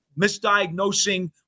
misdiagnosing